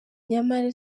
nyamara